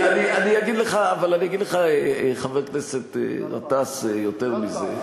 אני אגיד לך, חבר הכנסת גטאס, יותר מזה,